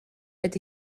ydy